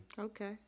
Okay